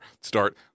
start